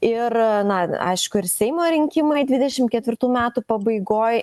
ir na aišku ir seimo rinkimai dvidešimt ketvirtų metų pabaigoj